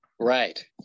Right